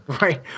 Right